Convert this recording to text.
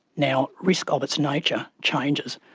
now, risk, of its nature, changes.